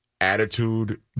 attitude